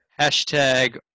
hashtag